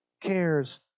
cares